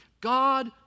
God